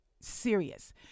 serious